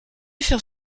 faire